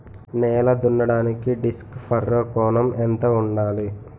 నేల దున్నడానికి disc furrow కోణం ఎంత ఉండాలి?